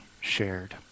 shared